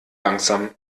langsam